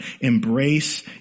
embrace